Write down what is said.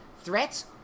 threats